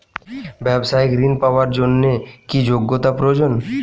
ব্যবসায়িক ঋণ পাওয়ার জন্যে কি যোগ্যতা প্রয়োজন?